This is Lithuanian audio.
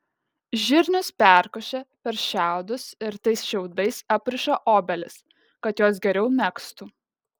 žirnius perkošia per šiaudus ir tais šiaudais apriša obelis kad jos geriau megztų